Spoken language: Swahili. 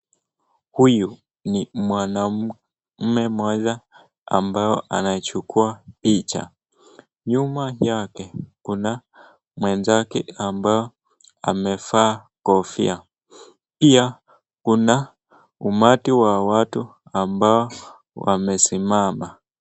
Huyu ni mwanaume mmoja ambao anachukua picha. Nyuma yake kuna mwenzake ambao amevaa kofia. Pia kuna umati wa watu ambao wamesimama.